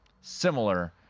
similar